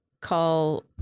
call